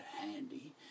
handy